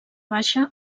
baixa